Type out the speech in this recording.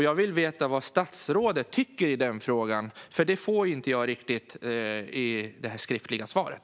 Jag vill veta vad statsrådet tycker i den frågan, för det fick jag inte riktigt veta i svaret som gavs här.